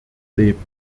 leben